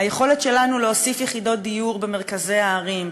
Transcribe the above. היכולת שלנו להוסיף יחידות דיור במרכזי הערים,